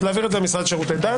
אז להעביר את זה למשרד לשירותי דת.